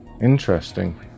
Interesting